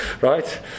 Right